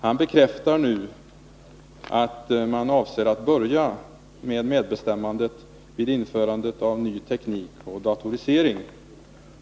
Han bekräftar att man avser att börja med medbestämmandet vid införandet av ny teknik och datorisering.